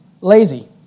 lazy